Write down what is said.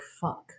fuck